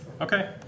Okay